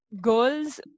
girls